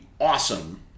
awesome